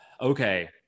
Okay